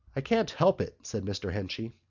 i can't help it, said mr. henchy.